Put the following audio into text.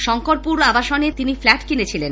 শঙ্করপুর আবাসনে তিনি ফ্ল্যাট কিনেছিলেন